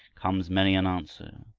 comes many an answer.